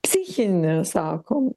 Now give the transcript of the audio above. psichinė sako